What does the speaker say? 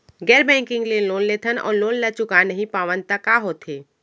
गैर बैंकिंग ले लोन लेथन अऊ लोन ल चुका नहीं पावन त का होथे?